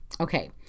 Okay